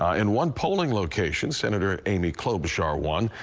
ah in one polling location, senator amy klobuchar won.